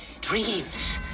dreams